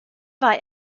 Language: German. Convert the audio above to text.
war